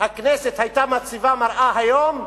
הכנסת היתה מציבה מראה היום,